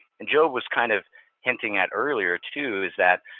and joe was kind of hinting at earlier, too, is that,